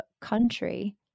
country